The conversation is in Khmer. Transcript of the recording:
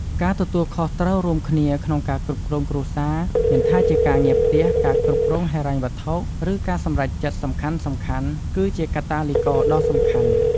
ការទទួលខុសត្រូវរួមគ្នាក្នុងការគ្រប់គ្រងគ្រួសារ មិនថាជាការងារផ្ទះ ការគ្រប់គ្រងហិរញ្ញវត្ថុ ឬការសម្រេចចិត្តសំខាន់ៗ គឺជាកាតាលីករដ៏សំខាន់។